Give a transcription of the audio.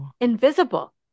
invisible